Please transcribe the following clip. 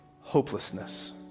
hopelessness